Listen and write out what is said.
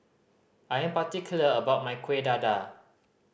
I am particular about my Kuih Dadar